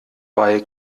bei